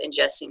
ingesting